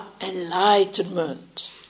enlightenment